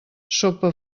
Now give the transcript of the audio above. sopa